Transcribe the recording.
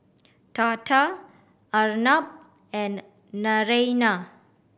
Tata Arnab and Naraina